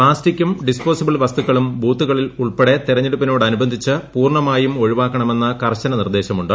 പ്ലാസ്റ്റിക്കും ഡിസ്പോസബിൾ വസ്തുക്കളും ബൂത്തുകളിൽ ഉൾപ്പെടെ തിരഞ്ഞെടുപ്പി നോടനുബന്ധിച്ച് പൂർണ്ണമായും ഒഴിവാ ക്കണമെന്ന് കർശന നിർദ്ദേശമുണ്ട്